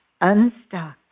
Unstuck